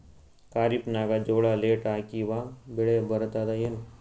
ಖರೀಫ್ ನಾಗ ಜೋಳ ಲೇಟ್ ಹಾಕಿವ ಬೆಳೆ ಬರತದ ಏನು?